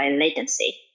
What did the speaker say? latency